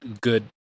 good